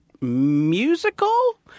musical